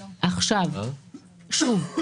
שוב,